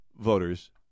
voters